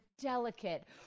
delicate